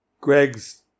Greg's